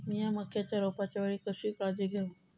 मीया मक्याच्या रोपाच्या वेळी कशी काळजी घेव?